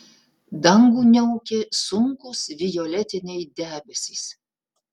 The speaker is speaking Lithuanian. dangų niaukė sunkūs violetiniai debesys